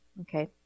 okay